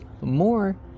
more